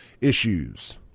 issues